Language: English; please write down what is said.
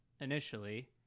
initially